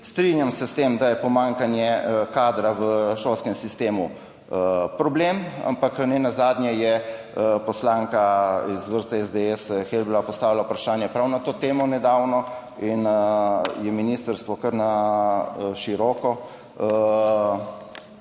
Strinjam se s tem, da je pomanjkanje kadra v šolskem sistemu problem, ampak nenazadnje je poslanka iz vrst SDS Helbl postavila vprašanje prav na to temo nedavno in je ministrstvo kar na široko